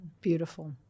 Beautiful